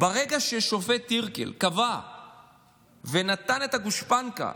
ברגע שהשופט טירקל קבע ונתן את הגושפנקה